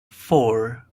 four